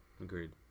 Agreed